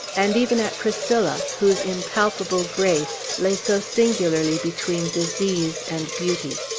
and even at priscilla, whose impalpable grace lay so singularly between disease and beauty.